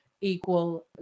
equal